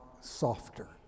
softer